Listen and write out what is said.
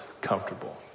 comfortable